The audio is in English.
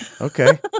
Okay